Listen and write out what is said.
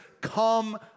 come